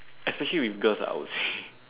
especially with girls ah I would say